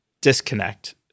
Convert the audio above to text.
disconnect